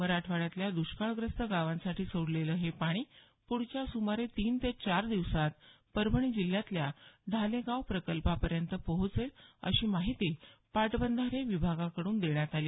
मराठवाड्यातल्या द्ष्काळग्रस्त गावांसाठी सोडलेलं हे पाणी पुढच्या सुमारे तीन ते चार दिवसांत परभणी जिल्ह्यातल्या ढालेगाव प्रकल्पापर्यंत पोहोचेल अशी माहिती पाटबंधारे विभागाकडून देण्यात आली